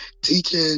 teaching